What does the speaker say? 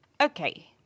Okay